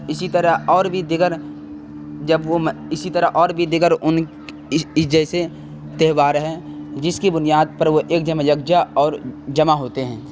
اسی طرح اور بھی دیگر جب وہ اسی طرح اور بھی دیگر ان اس اس جیسے تہوار ہیں جس کی بنیاد پر وہ ایک جمع یکجا اور جمع ہوتے ہیں